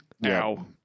now